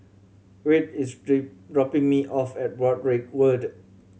Wirt is dropping me off at Broadrick Road